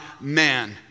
man